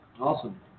Awesome